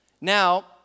Now